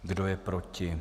Kdo je proti?